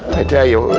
i tell you,